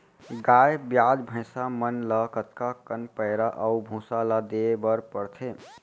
गाय ब्याज भैसा मन ल कतका कन पैरा अऊ भूसा ल देये बर पढ़थे?